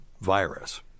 virus